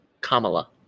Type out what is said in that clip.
Kamala